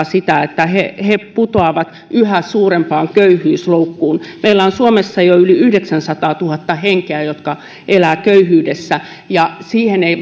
sitä että he he putoavat yhä suurempaan köyhyysloukkuun meillä on suomessa jo yli yhdeksänsataatuhatta henkeä jotka elävät köyhyydessä ja siihen eivät